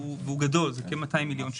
אבל הוא שינוי גדול: כ-200 מיליון שקל.